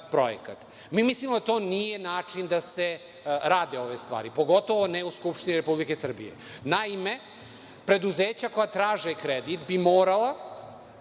Mi mislimo da to nije način da se rade ove stvari, pogotovo ne u Skupštini Republike Srbije. Naime, preduzeća koja traže kredit bi morala,